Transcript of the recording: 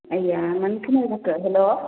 आया मानो खोनाया जाखो हेल्ल'